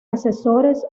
asesores